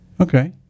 Okay